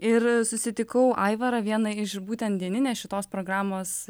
ir susitikau aivarą vieną iš būtent dieninės šitos programos